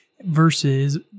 versus